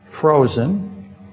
frozen